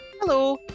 Hello